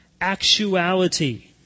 actuality